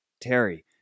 Terry